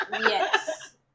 Yes